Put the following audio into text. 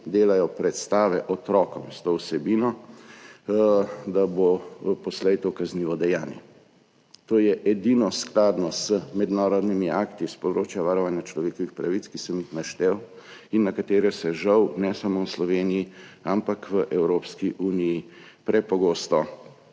delajo predstave otrokom s to vsebino, da bo poslej to kaznivo dejanje. To je edino skladno z mednarodnimi akti s področja varovanja človekovih pravic, ki sem jih naštel in na katere se, žal, ne samo v Sloveniji, ampak v Evropski uniji prepogosto